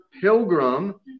Pilgrim